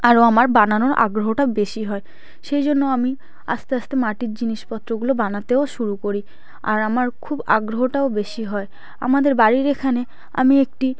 আরও আমার বানানোর আগ্রহটা বেশি হয় সেই জন্য আমি আস্তে আস্তে মাটির জিনিসপত্রগুলো বানাতেও শুরু করি আর আমার খুব আগ্রহটাও বেশি হয় আমাদের বাড়ির এখানে আমি একটি